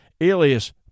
alias